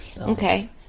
okay